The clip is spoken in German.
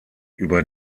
über